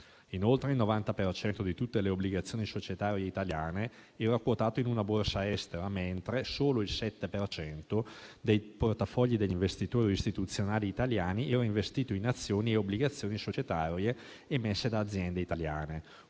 Inoltre, il 90 per cento di tutte le obbligazioni societarie italiane era quotato in una borsa estera, mentre solo il 7 per cento dei portafogli degli investitori istituzionali italiani era investito in azioni e obbligazioni societarie emesse da aziende italiane: